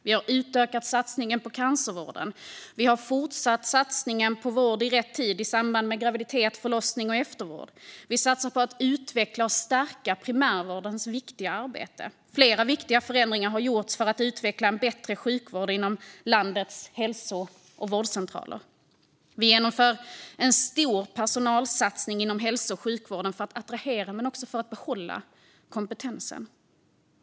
Vi har utökat satsningen på cancervården och fortsatt satsningen på vård i rätt tid i samband med graviditet, förlossning och eftervård. Vi satsar på att utveckla och stärka primärvårdens viktiga arbete. Flera viktiga förändringar har gjorts för att utveckla en bättre sjukvård inom landets hälso och vårdcentraler. Vi genomför en stor personalsatsning inom hälso och sjukvården för att attrahera men också behålla kompetens.